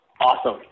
awesome